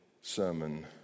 sermon